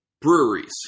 Breweries